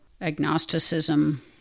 agnosticism